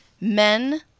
men